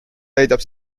täidab